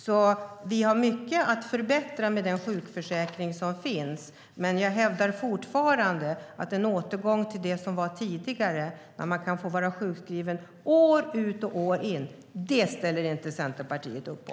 Vi har alltså mycket att förbättra i den sjukförsäkring som finns. Men en återgång till det som var tidigare, då man kunde få vara sjukskriven år ut och år in, ställer inte Centerpartiet upp på.